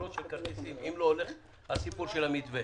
אם לא הולך הסיפור של המתווה.